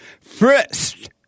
First